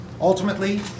Ultimately